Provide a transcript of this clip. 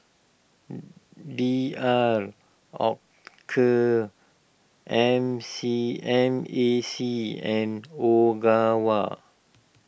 D R Oetker M C M A C and Ogawa